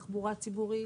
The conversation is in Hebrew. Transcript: תחבורה ציבורית,